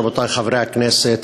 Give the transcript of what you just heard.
רבותי חברי הכנסת,